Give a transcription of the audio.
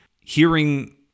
Hearing